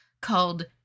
called